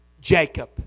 Jacob